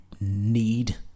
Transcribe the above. need